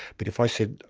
but if i said,